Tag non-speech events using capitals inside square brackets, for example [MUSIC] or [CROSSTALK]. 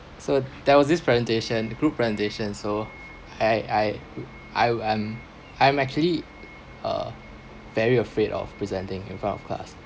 so there was this presentation group presentation so I I [NOISE] I I'm I'm actually uh very afraid of presenting in front of class